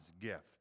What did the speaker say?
gift